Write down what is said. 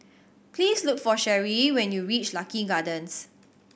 please look for Cherri when you reach Lucky Gardens